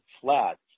flat